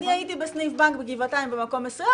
אני הייתי בסניף בנק בגבעתיים במקום מסוים,